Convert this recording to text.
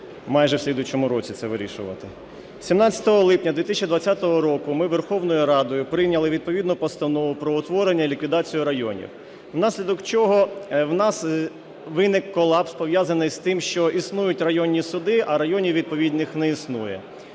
17 липня 2020 року ми Верховною Радою прийняли відповідну Постанову "Про утворення та ліквідацію районів", внаслідок чого у нас виник колапс, пов'язаний з тим, що існують районні суди, а районів відповідних не існує.